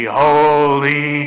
holy